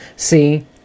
See